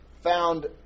found